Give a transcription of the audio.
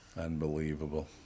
Unbelievable